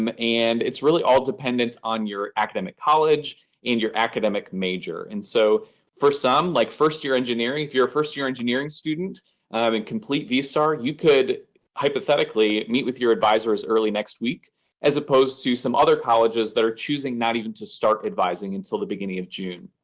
um and it's really all dependent on your academic college and your academic major. and so for some like first-year engineering, if you're a first-year engineering student in complete vstar, you could hypothetically meet with your advisers early next week as opposed to some other colleges that are choosing not even to start advising until the beginning of june.